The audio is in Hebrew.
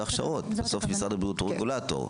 בסוף משרד הבריאות הוא רגולוטר.